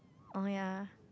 oh ya